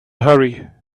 hurry